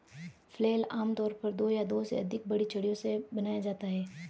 flail आमतौर पर दो या दो से अधिक बड़ी छड़ियों से बनाया जाता है